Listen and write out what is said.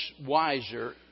wiser